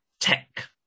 tech